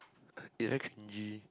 you know Kenji